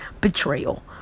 betrayal